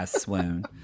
swoon